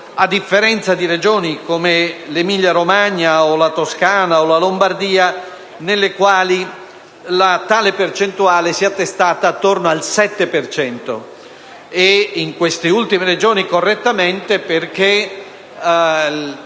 a differenza di Regioni, come l'Emilia-Romagna, la Toscana o la Lombardia, nelle quali tale percentuale si è attestata correttamente